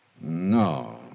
No